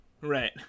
Right